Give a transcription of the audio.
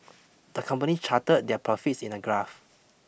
the company charted their profits in a graph